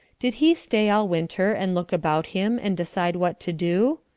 did he stay all winter and look about him and decide what to do?